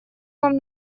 вам